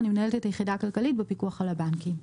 אני מנהלת את היחידה הכלכלית בפיקוח על הבנקים.